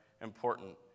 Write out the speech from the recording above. important